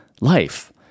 Life